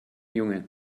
junge